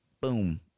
Boom